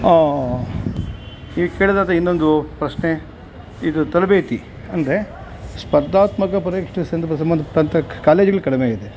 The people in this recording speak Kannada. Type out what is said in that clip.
ಈಗ ಕೇಳೋದಾದರೆ ಇನ್ನೊಂದು ಪ್ರಶ್ನೆ ಇದೆ ತರಬೇತಿ ಅಂದರೆ ಸ್ಪರ್ಧಾತ್ಮಕ ಪರೀಕ್ಷೆ ಸಂದಬ ಸಂಬಂಧಪಟ್ಟಂತೆ ಕ್ ಕಾಲೇಜ್ಗಳು ಕಡಿಮೆ ಇದೆ